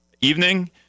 evening